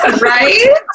Right